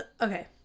okay